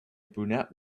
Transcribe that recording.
brunette